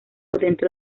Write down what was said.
dentro